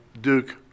Duke